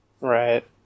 Right